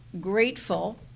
grateful